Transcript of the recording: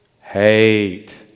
hate